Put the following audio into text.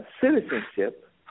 citizenship